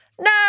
No